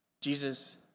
Jesus